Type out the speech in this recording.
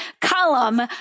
column